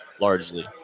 largely